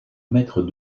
mètres